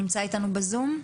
נמצא איתנו בזום?